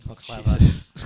Jesus